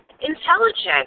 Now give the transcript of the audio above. intelligent